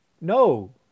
No